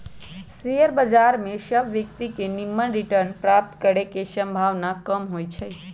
share बजार में सभ व्यक्तिय के निम्मन रिटर्न प्राप्त करे के संभावना कम होइ छइ